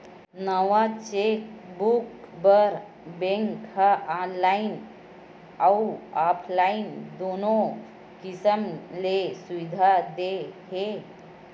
नवा चेकबूक बर बेंक ह ऑनलाईन अउ ऑफलाईन दुनो किसम ले सुबिधा दे हे